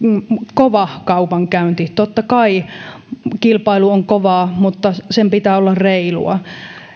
kova kaupankäynti totta kai kilpailu on kovaa mutta sen pitää olla reilua